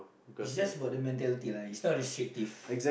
it's just about the mentality lah it's not restrictive